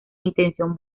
intención